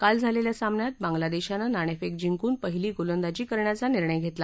काल झालेल्या सामन्यात बांगलादेशानं नाणेफेक जिंकून पहिली गोलंदाजी करण्याचा निर्णय घेतला